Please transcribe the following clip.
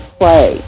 play